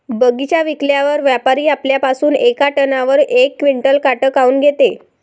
बगीचा विकल्यावर व्यापारी आपल्या पासुन येका टनावर यक क्विंटल काट काऊन घेते?